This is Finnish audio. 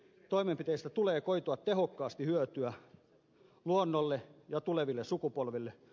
toimenpiteistä tulee koitua tehokkaasti hyötyä luonnolle ja tuleville sukupolville